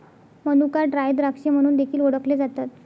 मनुका ड्राय द्राक्षे म्हणून देखील ओळखले जातात